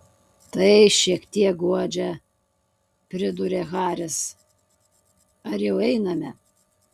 tai šiek tiek guodžia pridūrė haris ar jau einame